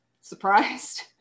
surprised